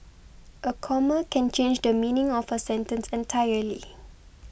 a comma can change the meaning of a sentence entirely